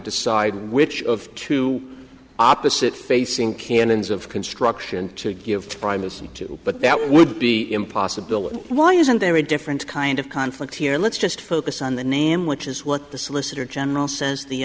decide which of two opposite facing canons of construction to give privacy too but that would be impossible why isn't there a different kind of conflict here let's just focus on the name which is what the solicitor general says the